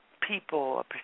people